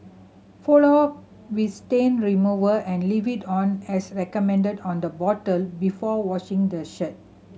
follow up with stain remover and leave it on as recommended on the bottle before washing the shirt